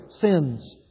sins